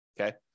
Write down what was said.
Okay